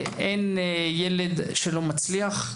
אין ילד שלא מצליח,